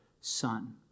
son